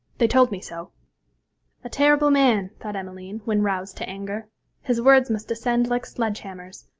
they told me so a terrible man, thought emmeline, when roused to anger his words must descend like sledge-hammers.